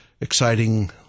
exciting